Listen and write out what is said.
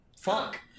Fuck